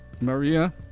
Maria